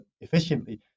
efficiently